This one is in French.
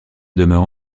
demeure